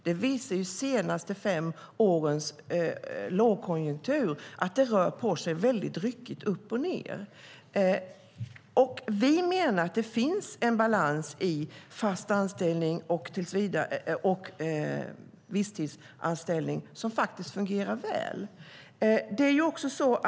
De senaste fem årens lågkonjunktur visar att det är väldigt ryckigt; det går upp och ned. Vi menar att det finns en balans mellan fast anställning och visstidsanställning som fungerar väl.